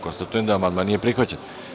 Konstatujem da amandman nije prihvaćen.